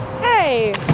Hey